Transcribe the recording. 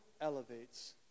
elevates